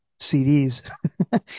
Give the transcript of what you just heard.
cds